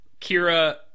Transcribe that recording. Kira